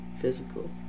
physical